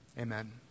Amen